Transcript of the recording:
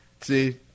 see